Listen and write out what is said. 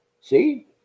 See